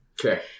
Okay